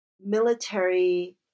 military